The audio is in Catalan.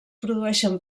produeixen